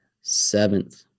seventh